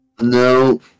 No